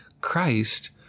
Christ